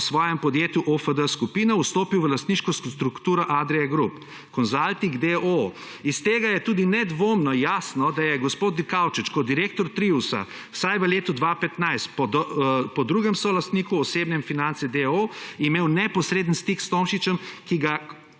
po svojem podjetju OFD skupino vstopil v lastniško strukturo Adria Group Consulting, d. o. o.. Iz tega je tudi nedvomno jasno, da je gospod Dikaučič kot direktor Triusa vsaj v letu 2015 po drugem solastniku Osebne finance, d. o. o., imel neposreden stik s Tomšičem, ki ga